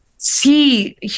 see